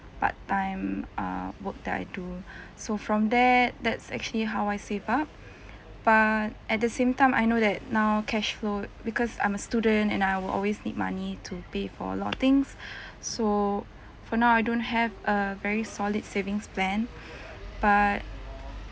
part time uh work that I do so from there that's actually how I save up but at the same time I know that now cash flow because I'm a student and I will always need money to pay for a lot things so for now I don't have a very solid savings plan but